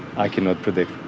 i cannot predict.